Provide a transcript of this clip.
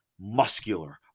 Muscular